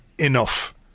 enough